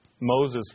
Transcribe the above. Moses